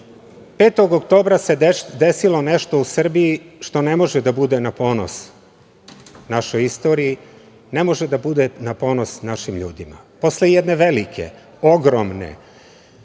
oktobra se desilo nešto u Srbiji što ne može da bude na ponos našoj istoriji, ne može da bude na ponos našim ljudima. Posle jedne velike, ogromne,